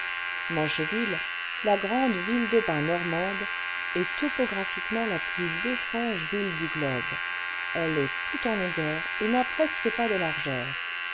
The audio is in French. mancheville la grande ville de bains normande est topographiquement la plus étrange ville du globe elle est toute en longueur et n'a presque pas de largeur